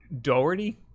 Doherty